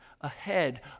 ahead